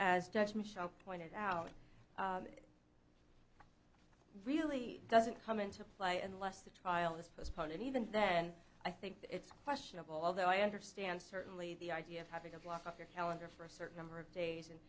as judge michel pointed out really doesn't come into play unless the trial is postponed and even then i think it's questionable although i understand certainly the idea of having a block a calendar for a certain number of days and